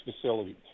facility